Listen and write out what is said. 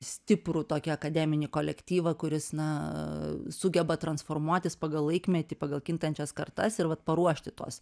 stiprų tokį akademinį kolektyvą kuris na sugeba transformuotis pagal laikmetį pagal kintančias kartas ir vat paruošti tuos